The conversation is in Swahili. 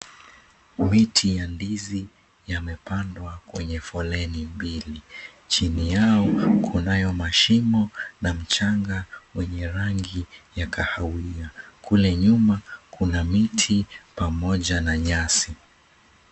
Miti ya ndizi imepangwa kwenye foleni mbili chini yao kunayo mashimo na mchanga wenye rangi ya kahawiya kule nyuma kuna miti pamoja nanyasi.